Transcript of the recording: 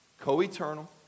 Co-eternal